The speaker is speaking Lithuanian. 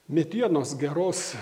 medienos geros